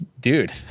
dude